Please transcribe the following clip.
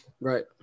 Right